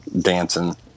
dancing